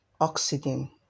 oxygen